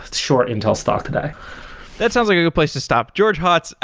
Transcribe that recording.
short intel stock today that sounds like a good place to stop. george hotz,